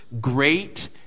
great